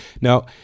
Now